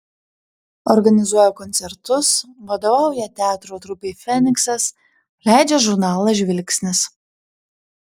organizuoja koncertus vadovauja teatro trupei feniksas leidžia žurnalą žvilgsnis